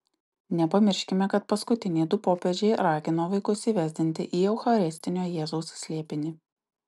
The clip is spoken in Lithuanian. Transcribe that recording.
nepamirškime kad paskutiniai du popiežiai ragino vaikus įvesdinti į eucharistinio jėzaus slėpinį